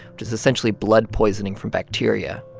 which is essentially blood poisoning from bacteria.